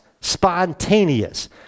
spontaneous